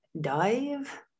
dive